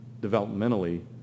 developmentally